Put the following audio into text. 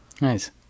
Nice